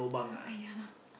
uh ah yeah